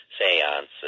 seances